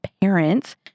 parents